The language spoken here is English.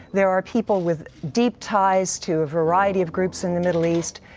there are people with deep ties to a variety of groups in the middle east.